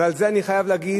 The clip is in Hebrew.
ועל זה אני חייב להגיד